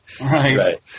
Right